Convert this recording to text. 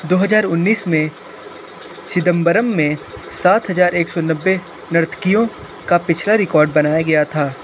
दो हज़ार उन्नीस में चिदंबरम मे सात हज़ार एक सौ नब्बे नर्तकियों का पिछला रिकॉर्ड बनाया गया था